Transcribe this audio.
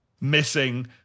missing